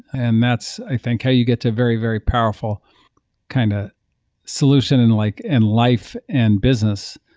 and that's i think how you get to very, very powerful kind of solution in like and life and business.